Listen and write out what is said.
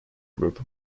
group